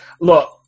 Look